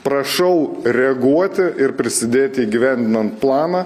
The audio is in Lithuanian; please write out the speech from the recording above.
prašau reaguoti ir prisidėti įgyvendinant planą